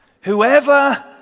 Whoever